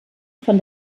von